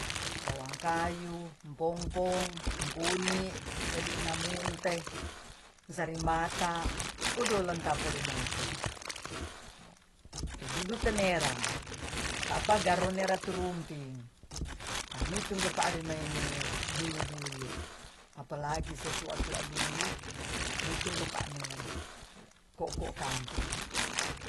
Bawang kayu empongpong mungkuni dedinamunte sarimata odo lengkap parimai itu tududu tenierang ka'pa garone raturumping anitung kepade maine dulu-dulu apalagi setua-tua dulu nitungkepa nera ko'ko kampung